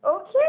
Okay